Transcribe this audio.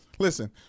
Listen